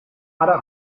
hara